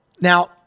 Now